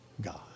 God